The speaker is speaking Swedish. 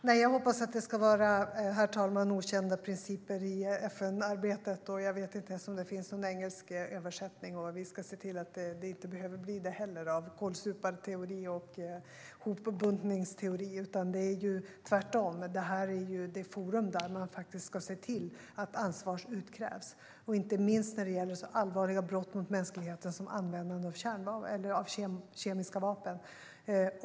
STYLEREF Kantrubrik \* MERGEFORMAT Svar på interpellationerHerr talman! Jag hoppas att det ska vara okända principer i FN-arbetet. Jag vet inte ens om det finns någon engelsk översättning av "kålsuparteori" och "hopbuntningsprincip", och vi ska se till att det inte blir någon heller. Det är ju tvärtom så att detta är det forum där man faktiskt ska se till att ansvar utkrävs - inte minst när det gäller så allvarliga brott mot mänskligheten som användande av kemiska vapen.